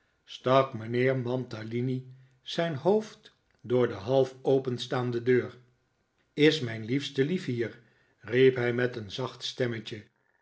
mijnheer mantalini zijn hoofd door de half openstaande deur is mijn liefste lief hier riep hij met een zacht stemmetje